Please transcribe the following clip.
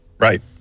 Right